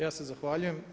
Ja se zahvaljujem.